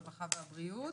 הרווחה והבריאות.